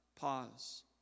Pause